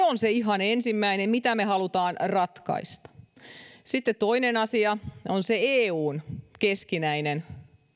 on se ihan ensimmäinen mitä me haluamme ratkaista sitten toinen asia on eun keskinäinen